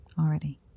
already